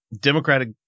democratic